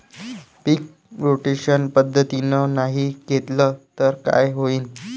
पीक rotation पद्धतीनं नाही घेतलं तर काय होईन?